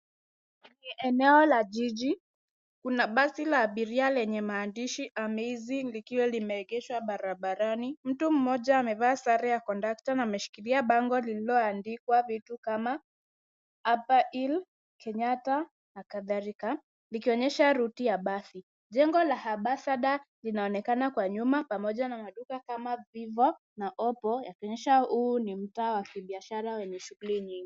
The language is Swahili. Ni eneo la jiji. Kuna basi la abiria lenye maandishi Amazing likiwa limeegeshwa barabarani. Mtu mmoja amevaa sare ya kondakta na ameshikilia bango lililoandikwa vitu kama Upper Hill , Kenyatta na kadhalika. likionyesha ruti ya basi. Jengo la Ambassador linaonekana kwa nyuma pamoja na maduka kama Vivo na Oppo . likionyesha huyu ni mtaa wa kibiashara wenye shughuli nyingi.